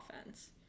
offense